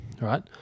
right